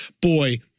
boy